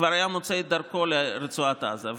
כבר היה מוצא את דרכו לרצועת עזה.